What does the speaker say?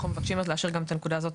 אנחנו מבקשים להשאיר גם את הנקודה הזאת